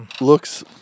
looks